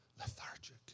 Lethargic